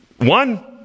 one